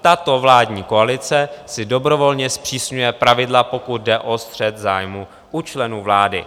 Tato vládní koalice si dobrovolně zpřísňuje pravidla, pokud jde o střet zájmů u členů vlády.